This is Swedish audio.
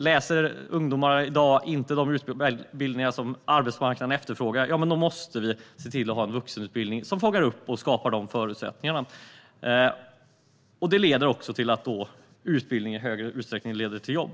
Läser ungdomarna i dag inte de utbildningar som arbetsmarknaden efterfrågar måste vi se till att ha en vuxenutbildning som fångar upp detta. Det leder till att utbildning i större utsträckning leder till jobb.